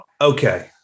Okay